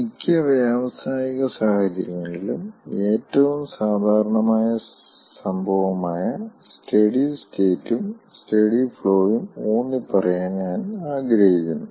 മിക്ക വ്യാവസായിക സാഹചര്യങ്ങളിലും ഏറ്റവും സാധാരണമായ സംഭവമായ സ്റ്റെഡി സ്റ്റേറ്റും സ്റ്റെഡി ഫ്ലോയും ഊന്നിപ്പറയാൻ ഞാൻ ആഗ്രഹിക്കുന്നു